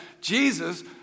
Jesus